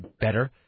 better